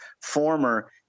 former